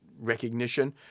recognition